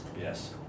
Yes